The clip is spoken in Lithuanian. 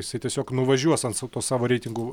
jisai tiesiog nuvažiuos ant sa tos savo reitingų